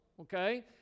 Okay